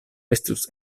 estus